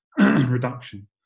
reduction